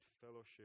fellowship